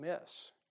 miss